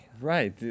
right